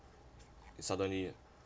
suddenly